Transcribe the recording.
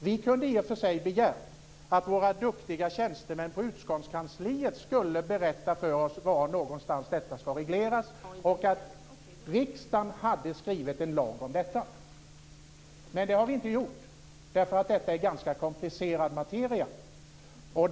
Vi kunde i och för sig ha begärt att våra duktiga tjänstemän på utskottskansliet skulle ha berättat för oss var någonstans detta ska regleras och att riksdagen skulle ha skrivit en lag om detta. Men det har vi inte gjort, eftersom detta är ganska komplicerad materia.